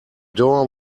door